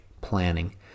planning